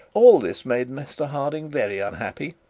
all this made mr harding very unhappy.